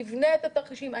נבנה את התרחישים.